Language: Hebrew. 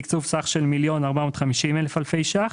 תקצוב סך של 1,450,000 אלפי ₪.